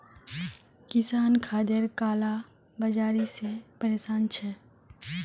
किसान खादेर काला बाजारी से परेशान छे